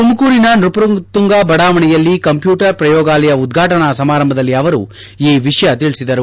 ತುಮಕೂರಿನ ನ್ಯಪತುಂಗ ಬಡಾವಣೆಯಲ್ಲಿ ಕಂಪ್ಯೂಟರ್ ಪ್ರಯೋಗಾಲಯ ಉದ್ಘಾಟನಾ ಸಮಾರಂಭದಲ್ಲಿ ಅವರು ಈ ವಿಷಯ ತಿಳಿಸಿದರು